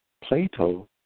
Plato